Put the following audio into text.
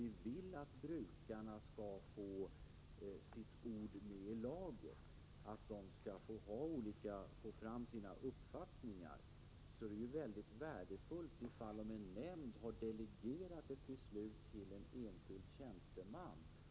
Vill vi att brukarna skall få sitt ord med i laget, att de skall få sina synpunkter framförda, är det väldigt värdefullt om en nämnd har delegerat ett beslut till en enskild tjänsteman.